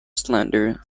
slender